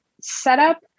setup